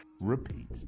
repeat